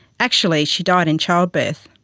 actually, she died in childbirth.